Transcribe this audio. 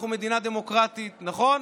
אנחנו מדינה דמוקרטית, נכון?